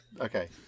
Okay